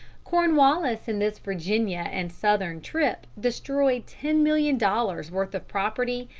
cornwallis in this virginia and southern trip destroyed ten million dollars' worth of property,